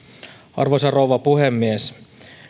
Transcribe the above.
arvoisa rouva puhemies